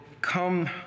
come